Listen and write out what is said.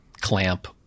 clamp